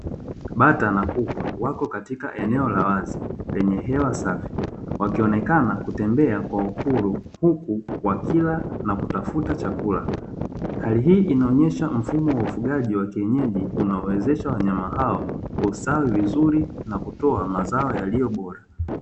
Bata na kuku, wako katika eneo la wazi lenye hewa safi, wakionekana kutembea kwa uhuru huku wakila na kutafuta chakula. Hali hii inaonyesha mfumo wa ufugaji wa kienyeji, unaowezesha wanyama hao kustawi vizuri na kutoa mazao yaliyo bora.